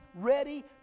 ready